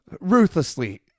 Ruthlessly